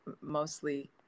mostly